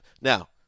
now